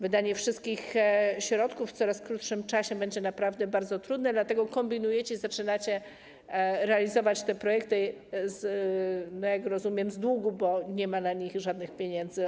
Wydanie wszystkich środków w coraz krótszym czasie będzie naprawdę bardzo trudne, dlatego kombinujecie, zaczynacie realizować te projekty, jak rozumiem, z długu, bo nie ma na nie odłożonych żadnych pieniędzy.